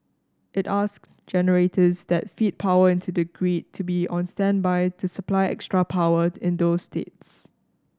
it asked generators that feed power into the grid to be on standby to supply extra power in those states